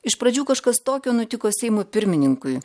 iš pradžių kažkas tokio nutiko seimo pirmininkui